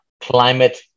climate